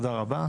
תודה רבה.